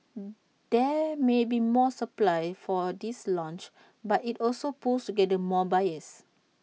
there may be more supply for this launch but IT also pools together more buyers